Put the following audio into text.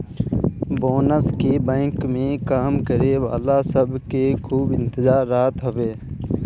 bonus के bank में काम करे वाला सब के खूबे इंतजार रहत हवे